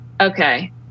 Okay